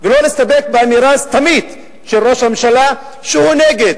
ולא להסתפק באמירה הסתמית של ראש הממשלה שהוא נגד.